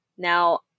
Now